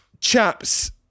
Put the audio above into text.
Chaps